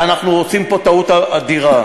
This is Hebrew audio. ואנחנו עושים פה טעות אדירה.